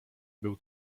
był